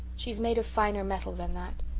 she's made of finer mettle than that.